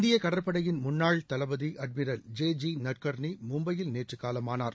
இந்திய கடற்படையின் முன்னாள் தளபதி அட்மிரல் ஜே ஜி நட்கர்னீ மும்பையில் நேற்று காலமானார்